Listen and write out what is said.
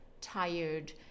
tired